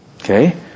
Okay